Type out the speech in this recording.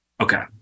Okay